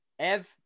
Ev